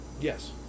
Yes